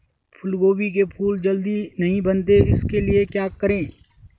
फूलगोभी के फूल जल्दी नहीं बनते उसके लिए क्या करें?